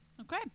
Okay